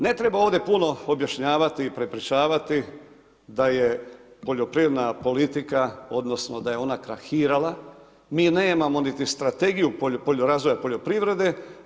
Ne treba ovdje puno objašnjavati i prepričavati da je poljoprivredna politika, odnosno da je ona krahirala, mi nemamo niti strategiju razvoja poljoprivrede.